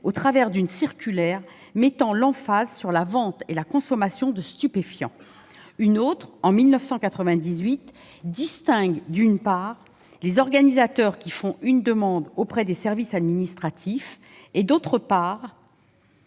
problèmes : une circulaire a alors mis l'accent sur la vente et la consommation de stupéfiants. Une autre, en 1998, a distingué, d'une part, les organisateurs effectuant une demande auprès des services administratifs, et, d'autre part,